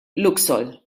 luxol